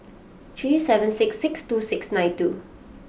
three seven six six two six nine two